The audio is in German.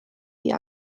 die